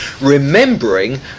remembering